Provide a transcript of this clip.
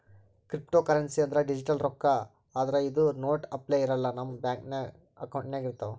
cryptocurrency ಅಂದ್ರ digital ರೊಕ್ಕಾ ಆದ್ರ್ ಇದು ನೋಟ್ ಅಪ್ಲೆ ಇರಲ್ಲ ನಮ್ ಬ್ಯಾಂಕ್ ಅಕೌಂಟ್ನಾಗ್ ಇರ್ತವ್